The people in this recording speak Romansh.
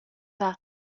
vart